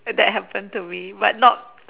err that happen to me but not